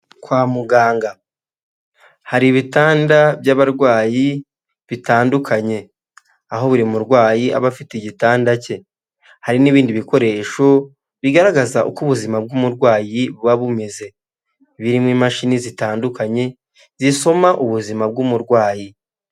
Kwa muganga hari ibitanda by'abarwayi bitandukanye aho buri murwayi aba afite igitanda cye, hari n'ibindi bikoresho bigaragaza uko ubuzima bw'umurwayi buba bumeze birimo imashini zitandukanye zisoma ubuzima bw'umurwayi.